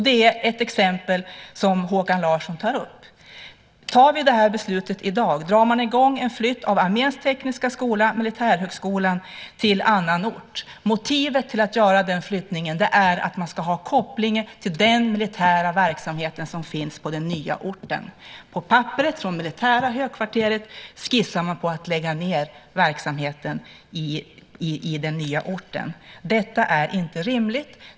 Det är ett exempel som Håkan Larsson tar upp. Om vi tar det här beslutet i dag drar man i gång en flytt av Arméns tekniska skola, Militärhögskolan, till annan ort. Motivet till att göra den flyttningen är att man ska ha koppling till den militära verksamhet som finns på den nya orten. På papperet från militära högkvarteret skissar man på att lägga ned verksamheten på den nya orten. Detta är inte rimligt.